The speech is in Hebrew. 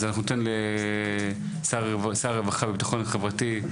אז אנחנו ניתן לשר הרווחה והביטחון החברתי,